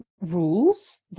rules